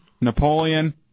Napoleon